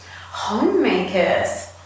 Homemakers